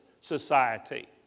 society